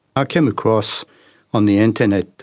ah came across on the internet